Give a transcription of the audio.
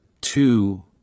two